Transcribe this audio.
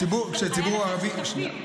כשהציבור הערבי, אבל היו לך שותפים.